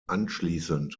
anschließend